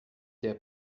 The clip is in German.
der